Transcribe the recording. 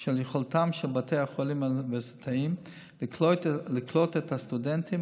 של יכולתם של בתי החולים האוניברסיטאיים לקלוט את הסטודנטים